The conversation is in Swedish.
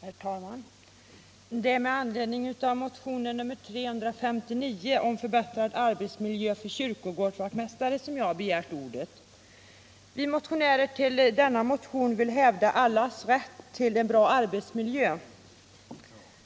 Herr talman! Det är med anledning av motionen 359 om förbättrad arbetsmiljö för kyrkogårdsarbetare som jag har begärt ordet. Vi motionärer vill i den motionen hävda allas rätt till en bra arbetsmiljö, och även